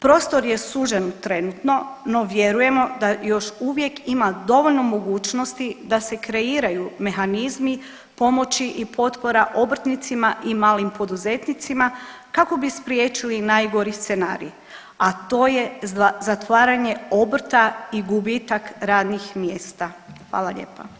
Prostor je sužen trenutno, no vjerujemo da još uvijek ima dovoljno mogućnosti da se kreiraju mehanizmi pomoći i potpora obrtnicima i malim poduzetnicima kako bi spriječili najgori scenarij, a to je zatvaranje obrta i gubitak radnih mjesta, hvala